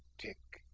tick!